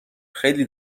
خیلی